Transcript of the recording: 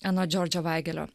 anot džordžo vaigelio